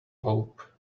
hope